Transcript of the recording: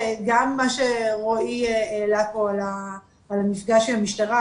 גם מה שרועי העלה פה על המפגש עם המשטרה,